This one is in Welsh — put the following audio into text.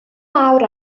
mawr